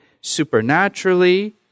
supernaturally